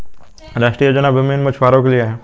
राष्ट्रीय योजना भूमिहीन मछुवारो के लिए है